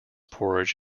porridge